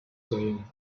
sehen